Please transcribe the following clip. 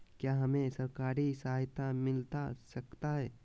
क्या हमे सरकारी सहायता मिलता सकता है?